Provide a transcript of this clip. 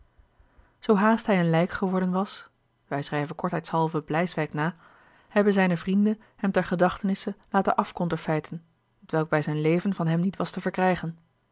zoo haast hij een lijk geworden was wij schrijven kortheidshalve bleijswyck na hebben zijne vrienden hem ter gedacht tenisse laten afconterfeyten t welk bij zijn leven van hem niet was te verkrijgen